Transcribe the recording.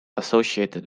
associated